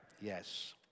yes